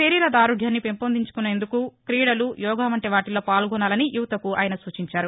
శారీర దారుఢ్యాన్ని పెంపొందించుకునేందుకు క్రీడలు యోగా వంటి వాటిల్లో పాల్గొనాలని యువతకు సూచించారు